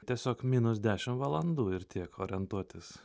tiesiog minus dešim valandų ir tiek orientuotis